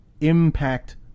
impact